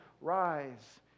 rise